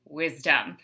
wisdom